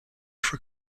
for